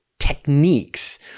techniques